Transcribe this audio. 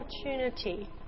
opportunity